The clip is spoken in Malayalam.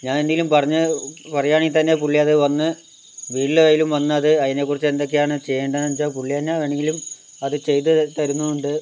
ഞാൻ എന്തെങ്കിലും പറഞ്ഞ് പറയുകാണെങ്കിൽ തന്നെ പുള്ളി അത് വന്ന് വീട്ടിൽ ആയാലും വന്ന് അത് അതിനെക്കുറിച്ച് എന്തൊക്കെയാണ് ചെയ്യേണ്ടതെന്ന് വെച്ചാൽ പുള്ളി തന്നെ വേണമെങ്കിലും അത് ചെയ്ത് തരുന്നുമുണ്ട്